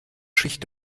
schicht